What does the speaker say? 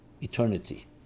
eternity